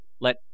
Let